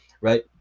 right